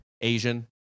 Asian